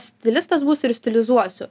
stilistas būsiu ir stilizuosiu